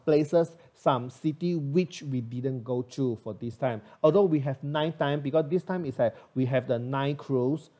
places some city which we didn't go to for this time although we have nile time because this time is like we have the nile cruise